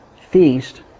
feast